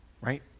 Right